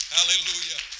Hallelujah